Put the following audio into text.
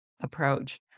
approach